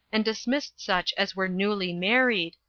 and dismissed such as were newly married,